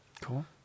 Cool